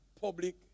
public